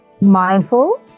mindful